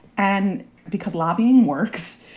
and because lobbying works,